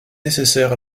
nécessaire